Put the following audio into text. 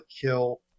kill